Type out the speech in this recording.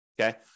Okay